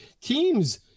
Teams